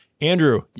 Andrew